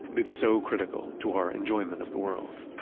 but it's so critical to our enjoyment of the world.